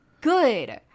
good